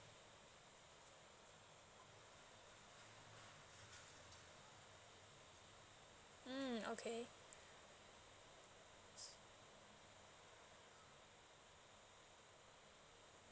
mm okay